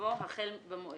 יבוא "החל במועד",